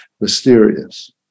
mysterious